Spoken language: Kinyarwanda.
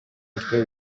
mutwe